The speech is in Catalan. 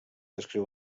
descriu